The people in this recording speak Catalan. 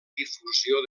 difusió